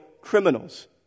criminals